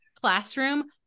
classroom